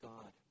God